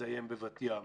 מסתיים בבת ים